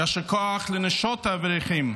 יישר כוח לנשות האברכים,